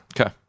Okay